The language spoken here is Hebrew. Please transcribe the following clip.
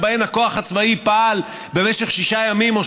שבהן הכוח הצבאי פעל במשך שישה ימים או